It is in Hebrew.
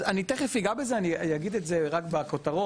אני תיכף אגע בזה, אני אגיד את זה רק בכותרות.